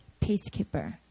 pacekeeper